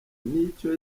n’icyo